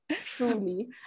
Truly